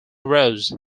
rose